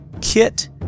kit